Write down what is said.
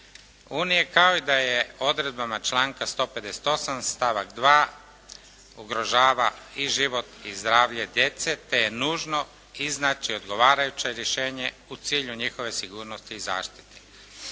unije kao i da je odredbama članka 158. stavak 2. ugrožava i život i zdravlje djece, te je nužno iznaći odgovarajuće rješenje u cilju njihove sigurnosti i zaštiti.